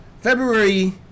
February